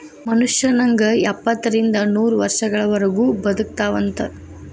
ಮನುಷ್ಯ ನಂಗ ಎಪ್ಪತ್ತರಿಂದ ನೂರ ವರ್ಷಗಳವರಗು ಬದಕತಾವಂತ